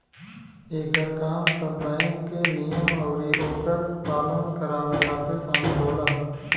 एकर काम सब बैंक के नियम अउरी ओकर पालन करावे खातिर शामिल होला